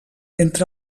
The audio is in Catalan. entre